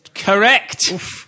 Correct